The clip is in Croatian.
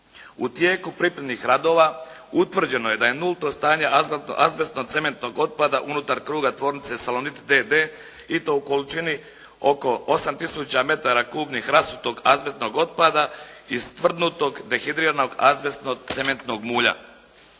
O tijeku pripremnih radova utvrđeno je da je nulto stanje azbestno-cementnog otpada unutar kruga tvornice “Salonit“ d.d. i to u količini oko 8000 metara kubnih rasutog azbestnog otpada i stvrdnutog dehidriranog azbestno-cementnog mulja.